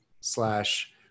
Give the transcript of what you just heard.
slash